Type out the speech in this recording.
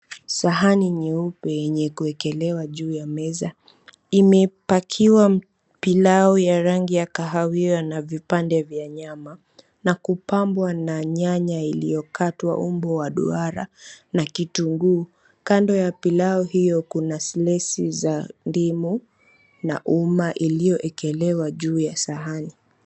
Sahani nyeupe yenye kuekelewa juu ya meza imepakiwa pilau ya rangi ya kahawia na vipande vya nyama na kupambwa na nyanya uliokatwa umbo la duara na kitunguu. Kando ya pilau hizo kuna slesi za ndimu na uma iliyoekelewa juu ya sahani.